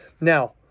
now